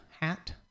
hat